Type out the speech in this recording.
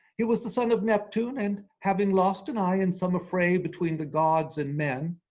he was the son of neptune and having lost an eye in some affray between the gods and men,